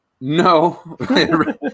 No